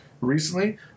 recently